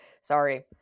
Sorry